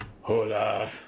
Hola